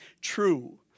true